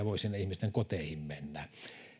voi sinne ihmisten koteihin mennä